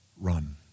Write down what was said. Run